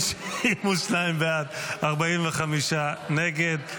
52 בעד, 45 נגד.